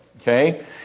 okay